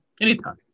Anytime